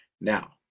Now